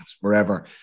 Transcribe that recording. wherever